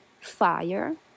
fire